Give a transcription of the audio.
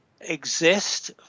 exist